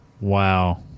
Wow